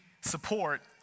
support